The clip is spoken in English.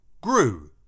Grew